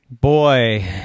boy